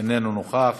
איננו נוכח,